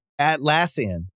Atlassian